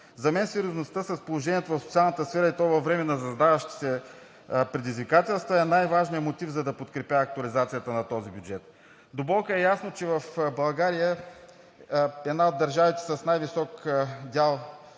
За мен сериозността с положението в социалната сфера, и то във време на създаващи се предизвикателства, е най-важният мотив, за да подкрепя актуализацията на този бюджет. До болка е ясно, че в България – една от държавите с най-висок дял